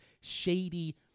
shady